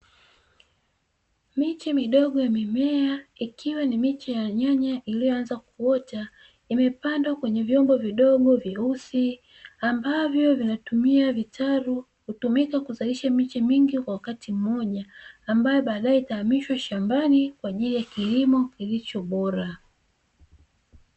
Miche midogo ya mimea ikiwa ni miche ya nyanya iliyoanza kuota, imepandwa kwenye vyombo vidogo vyeusi ambavyo vinatumia vitalu, hutumika kuzalisha miche mingi kwa wakati mmoja, ambaye baadaye itahamishwa shambani kwa ajili ya kilimo kilicho bora.